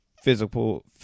physical